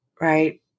right